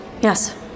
Yes